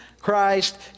Christ